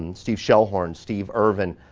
and steve shell horn, steve irvin,